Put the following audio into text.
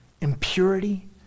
impurity